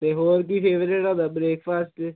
ਤੇ ਹੋਰ ਕੀ ਫੇਵਰੇਟ ਪਾਸ